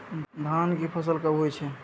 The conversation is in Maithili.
धान के फसल कब होय छै?